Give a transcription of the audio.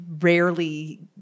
rarely